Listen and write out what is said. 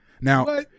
Now